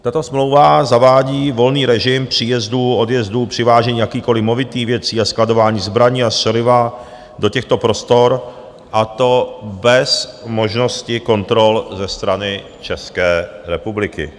Tato smlouva zavádí volný režim příjezdů, odjezdů, přivážení jakýchkoliv movitých věcí a skladování zbraní a střeliva do těchto prostor, a to bez možnosti kontrol ze strany České republiky.